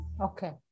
okay